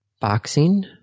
Boxing